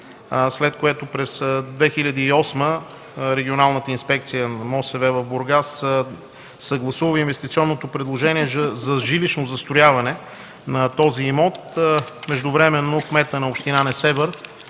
след което през 2008 г. Регионалната инспекция по околната среда и водите в Бургас съгласува инвестиционното предложение за жилищно застрояване на този имот. Междувременно кметът на община Несебър